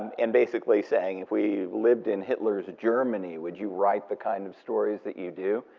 and basically saying if we lived in hitler's germany, would you write the kind of stories that you do?